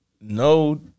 no